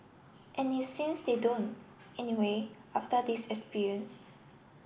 and it seems they don't anyway after this experience